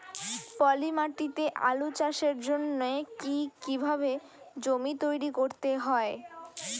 পলি মাটি তে আলু চাষের জন্যে কি কিভাবে জমি তৈরি করতে হয়?